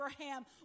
Abraham